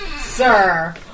sir